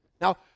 Now